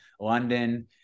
London